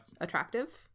attractive